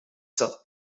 dat